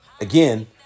again